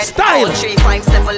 Style